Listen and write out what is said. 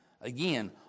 Again